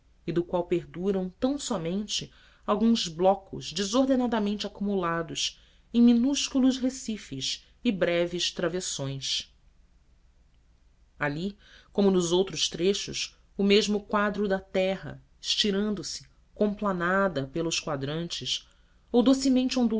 e do qual perduram apenas alguns blocos desordenadamente acumulados em minúsculos recifes e breves travessões ali como nos outros trechos o mesmo quadro da terra estirando-se complanada pelos quadrantes ou docemente